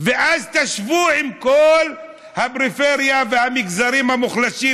ואז תשוו עם כל הפריפריה והמגזרים המוחלשים,